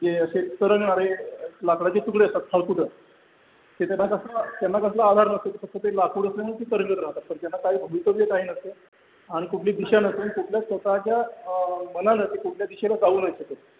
जे असे तरंगणारे लाकडाचे तुकडे असतात फाळकुटं ते त्यांना कसला त्यांना कसला आधार नसतो फक्त ते लाकूड असल्यामुळे ते तरंगत राहतात पण त्यांना काही भवितव्य काही नसतं आणि कुठली दिशा नसते आणि कुठल्या स्वतःच्या मनानं ते कुठल्या दिशेला जाऊ नाही शकत